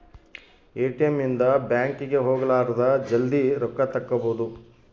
ATM ಇಂದ bank ಗೆ ಹೋಗಲಾರದ ಜಲ್ದೀ ರೊಕ್ಕ ತೆಕ್ಕೊಬೋದು